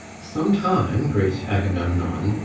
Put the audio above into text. sometime, great agamemnon,